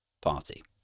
party